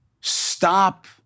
Stop